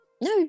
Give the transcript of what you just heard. No